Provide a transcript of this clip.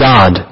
God